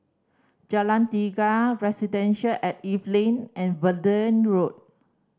Jalan Tiga Residences at Evelyn and Verde Road